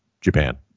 Japan